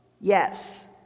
Yes